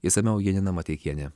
išsamiau janina mateikienė